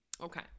okay